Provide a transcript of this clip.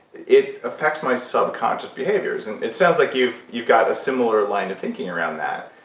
it affects my subconscious behaviors. and it sounds like you've you've got a similar line of thinking around that,